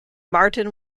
martin